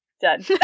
Done